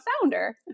founder